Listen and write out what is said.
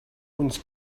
uns